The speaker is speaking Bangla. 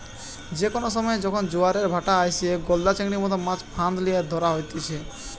যে কোনো সময়ে যখন জোয়ারের ভাঁটা আইসে, গলদা চিংড়ির মতো মাছ ফাঁদ লিয়ে ধরা হতিছে